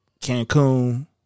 Cancun